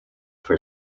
for